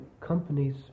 companies